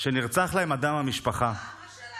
שנרצח בהן אדם, מה השאלה?